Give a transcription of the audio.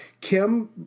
Kim